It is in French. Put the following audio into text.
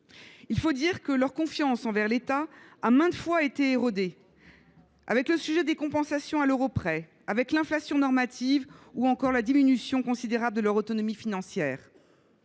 Il faut dire que leur confiance envers l’État a maintes fois été érodée par la question des compensations à l’euro près, l’inflation normative ou encore la diminution considérable de leur autonomie financière.